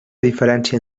diferència